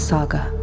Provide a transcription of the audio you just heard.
Saga